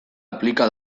aplika